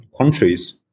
countries